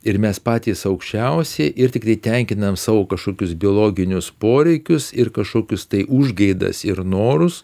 ir mes patys aukščiausi ir tiktai tenkinam savo kažkokius biologinius poreikius ir kažkokius tai užgaidas ir norus